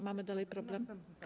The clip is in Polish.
Mamy dalej problem?